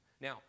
Now